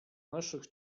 naszych